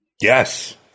yes